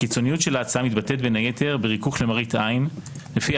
הקיצוניות של ההצעה מתבטאת בין היתר בריכוך למראית עין לפיה